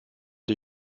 die